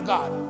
God